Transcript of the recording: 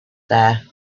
there